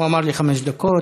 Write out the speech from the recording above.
הוא אמר לי חמש דקות.